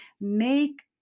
Make